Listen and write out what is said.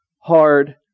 hard